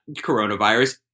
coronavirus